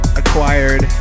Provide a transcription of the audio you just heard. acquired